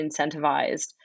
incentivized